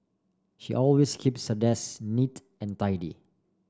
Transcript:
she always keeps her desk neat and tidy